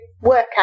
workout